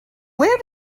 where